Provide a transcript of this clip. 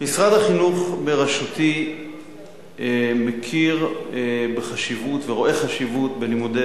משרד החינוך בראשותי מכיר בחשיבות ורואה חשיבות בלימודי